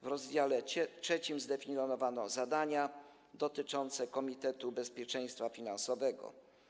W rozdziale 3 zdefiniowano zadania dotyczące Komitetu Bezpieczeństwa Finansowego.